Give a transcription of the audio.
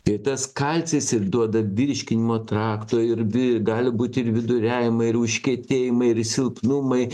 ir tas kalcis ir duoda virškinimo trakto ir vi gali būti ir viduriavimai ir užkietėjimai ir silpnumai